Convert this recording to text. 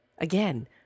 Again